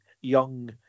young